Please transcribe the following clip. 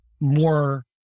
more